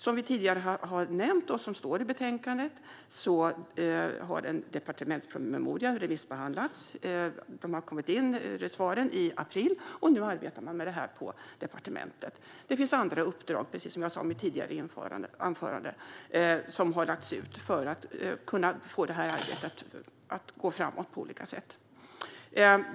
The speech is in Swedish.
Som vi tidigare har nämnt har en departementspromemoria remissbehandlats, vilket även står i betänkandet. Svaren kom in i april, och nu arbetar departementet med detta. Och som jag sa i mitt anförande har även andra uppdrag lagts ut för att få arbetet att gå framåt på olika sätt.